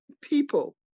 people